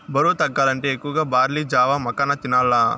బరువు తగ్గాలంటే ఎక్కువగా బార్లీ జావ, మకాన తినాల్ల